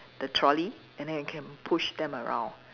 the trolley and then you can push them around